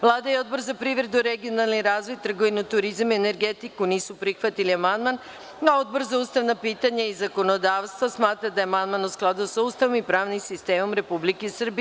Vlada i Odbor za privredu, regionalni razvoj, trgovinu, turizam i energetiku nisu prihvatili amandman, a Odbor za ustavna pitanja i zakonodavstvo smatra da je amandman u skladu sa Ustavom i pravnim sistemom Republike Srbije.